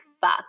fuck